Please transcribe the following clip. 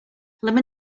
lemon